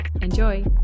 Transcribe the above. Enjoy